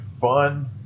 fun